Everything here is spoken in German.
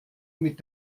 mit